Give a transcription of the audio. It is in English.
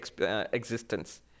existence